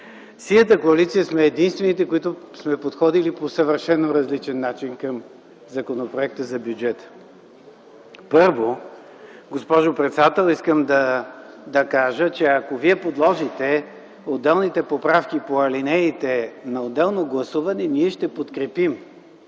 Синята коалиция сме единствените, които сме подходили по съвършено различен начин към Законопроекта за бюджета. Първо, госпожо председател, искам да кажа, че ако Вие подложите отделните поправки по алинеите на отделно гласуване, ние ще подкрепим